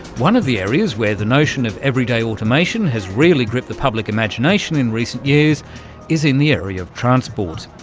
one of the areas where the notion of everyday automation has really gripped the public imagination in recent years is in the area of transport.